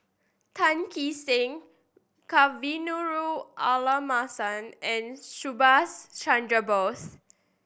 Tan Kee Sek Kavignareru Amallathasan and Subhas Chandra Bose